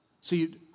See